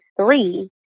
three